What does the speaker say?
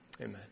Amen